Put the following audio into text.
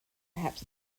perhaps